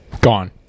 gone